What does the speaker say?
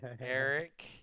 eric